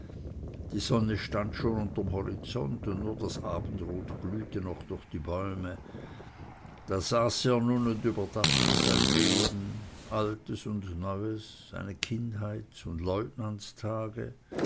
die sonne stand schon unterm horizont und nur das abendrot glühte noch durch die bäume da saß er nun und überdachte sein leben altes und neues seine kindheits und seine leutnantstage